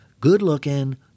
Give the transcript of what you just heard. good-looking